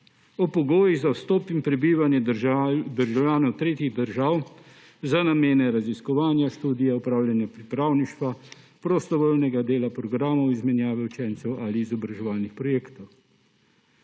o pogojih za vstop in prebivanje državljanov tretjih držav za namene raziskovanja, študija, opravljanja pripravništva, prostovoljega dela, programov izmenjave učencev ali izobraževalnih projektov.